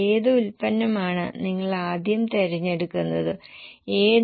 optimistic projection കാണുക 1